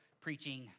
preaching